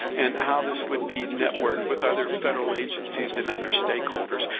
and how this would be networked with other federal agencies and other stakeholders?